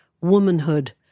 womanhood